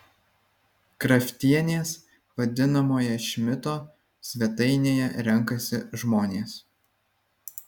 kraftienės vadinamoje šmito svetainėje renkasi žmonės